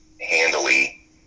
handily